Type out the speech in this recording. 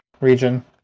region